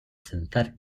synthetic